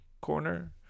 corner